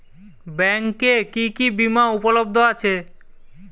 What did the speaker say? ব্যাংকে কি কি বিমা উপলব্ধ আছে?